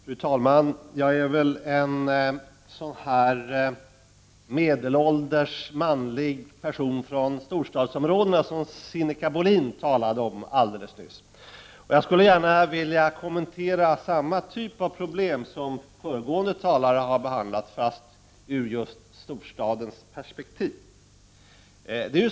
Fru talman! Jag är väl en sådan här medelålders manlig person från storstadsområde som Sinikka Bohlin talade om alldeles nyss. Jag skulle gärna vilja kommentera samma typ av problem som föregående talare har behandlat, fast ur storstadens perspektiv.